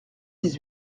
dix